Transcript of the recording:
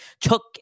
took